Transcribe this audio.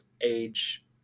age